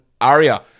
Aria